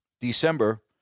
December